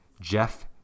Jeff